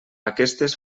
aquestes